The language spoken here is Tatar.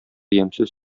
ямьсез